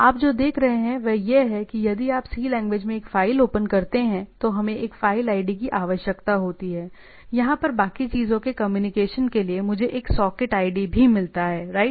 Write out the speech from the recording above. आप जो देख रहे हैं वह यह है कि यदि आप C लैंग्वेज में एक फ़ाइल ओपन करते हैं तो हमें एक फ़ाइल ID की आवश्यकता होती है यहाँ पर बाकी चीजों के कम्युनिकेशन के लिए मुझे एक सॉकेट ID भी मिलता है राइट